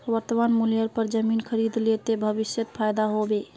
वर्तमान मूल्येर पर जमीन खरीद ले ते भविष्यत फायदा हो बे